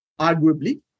arguably